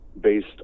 based